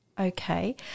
Okay